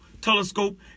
telescope